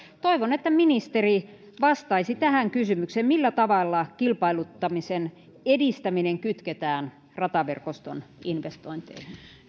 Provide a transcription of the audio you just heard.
toivon että ministeri vastaisi tähän kysymykseen millä tavalla kilpailuttamisen edistäminen kytketään rataverkoston investointeihin